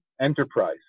enterprise